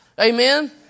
Amen